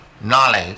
knowledge